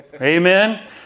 Amen